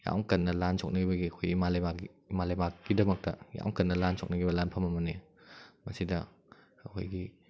ꯌꯥꯝ ꯀꯟꯅ ꯂꯥꯟ ꯁꯣꯛꯅꯈꯤꯕꯒꯤ ꯑꯩꯈꯣꯏꯒꯤ ꯏꯃꯥꯂꯩꯕꯥꯛ ꯏꯃꯥꯂꯩꯕꯥꯛꯀꯤꯗꯃꯛꯇ ꯌꯥꯝ ꯀꯟꯅ ꯂꯥꯟ ꯁꯣꯛꯅꯈꯤꯕ ꯂꯥꯟꯐꯝ ꯑꯃꯅꯤ ꯃꯁꯤꯗ ꯑꯩꯈꯣꯏꯒꯤ